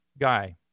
guy